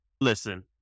listen